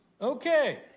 Okay